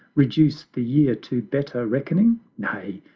reduce the year to better reckoning nay,